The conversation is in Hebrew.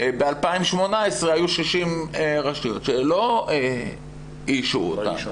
ב-2018 היו 60 רשויות שלא איישו אותה,